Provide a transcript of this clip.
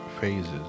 phases